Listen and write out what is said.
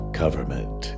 government